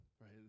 right